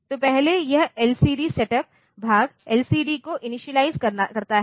तो पहले यह एलसीडी सेटअप भाग एलसीडी को इनिशियलाइज़ करता है